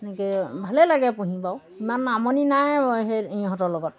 এনেকৈ ভালেই লাগে পুহি বাৰু ইমান আমনি নাই সেই ইহঁতৰ লগত